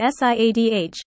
SIADH